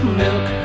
milk